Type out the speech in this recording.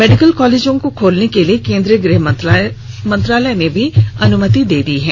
medical कॉलेजों को खोलने के लिए केंद्रीय गृह मंत्रालय ने भी अनुमति दे दी है